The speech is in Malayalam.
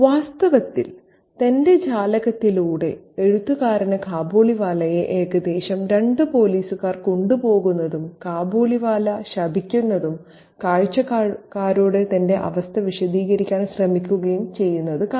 വാസ്തവത്തിൽ തന്റെ ജാലകത്തിലൂടെ എഴുത്തുകാരന് കാബൂളിവാലയെ ഏകദേശം രണ്ട് പോലീസുകാർ കൊണ്ടുപോകുന്നതും കാബൂളിവാല ശപിക്കുകയും കാഴ്ചക്കാരോട് തന്റെ അവസ്ഥ വിശദീകരിക്കാൻ ശ്രമിക്കുകയും ചെയ്യുന്നത് കാണാം